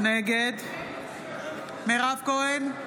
נגד מירב כהן,